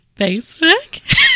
Facebook